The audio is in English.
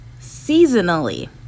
seasonally